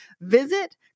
visit